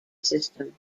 system